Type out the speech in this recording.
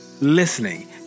listening